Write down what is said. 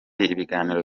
ibiganiro